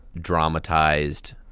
dramatized